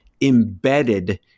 embedded